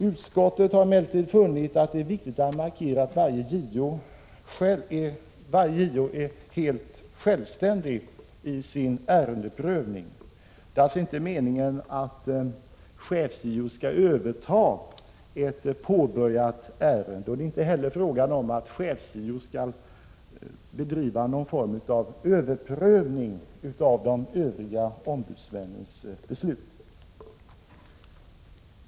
Utskottet har emellertid funnit det viktigt att markera att varje JO är helt självständig i sin ärendeprövning. Det är alltså inte meningen att chefs-JO skall överta ett påbörjat ärende från en annan JO, och det är inte heller fråga om att chefs-JO skall bedriva någon form av överprövning av de övriga ombudsmännens beslut.